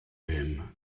him